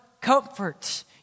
comfort